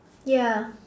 ya